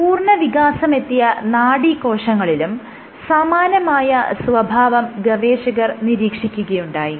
പൂർണ്ണവികാസമെത്തിയ നാഡീകോശങ്ങളിലും സമാനമായ സ്വഭാവം ഗവേഷകർ നിരീക്ഷിക്കുകയുണ്ടായി